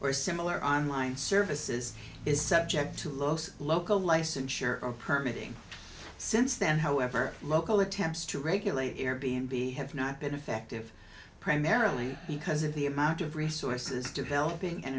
or similar online services is subject to los local licensure or permit ng since then however local attempts to regulate air b n b have not been effective primarily because of the amount of resources developing and